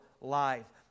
life